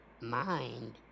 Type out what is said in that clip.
mind